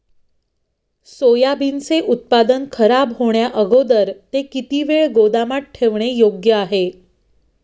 सोयाबीनचे उत्पादन खराब होण्याअगोदर ते किती वेळ गोदामात ठेवणे योग्य आहे?